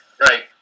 Right